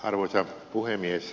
arvoisa puhemies